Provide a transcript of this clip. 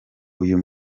uyu